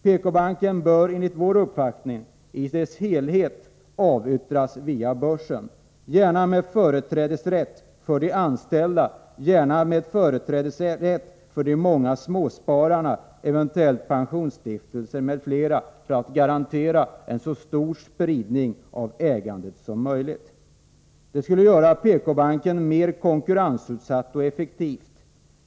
PK-banken bör enligt vår uppfattning i dess helhet avyttras via börsen — gärna med företrädesrätt för de anställda, gärna med företrädesrätt för de många småspararna, eventuellt också för pensionsstiftelser m.fl. för att garantera en så stor spridning av ägandet som möjligt. Detta skulle göra PK-banken mer konkurrensutsatt och effektiv.